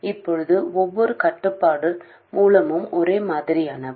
இப்போது ஒவ்வொரு கட்டுப்பாட்டு மூலமும் ஒரே மாதிரியானவை